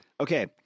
Okay